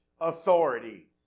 authority